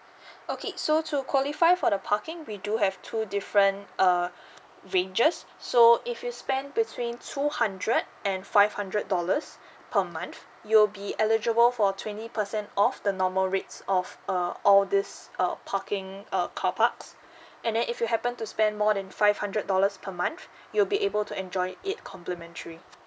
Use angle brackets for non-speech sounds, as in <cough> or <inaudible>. <breath> okay so to qualify for the parking we do have two different uh ranges so if you spend between two hundred and five hundred dollars per month you'll be eligible for twenty percent of the normal rates of uh all these uh parking uh car parks <breath> and then if you happen to spend more than five hundred dollars per month you'll be able to enjoy it complimentary